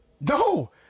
no